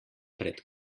pred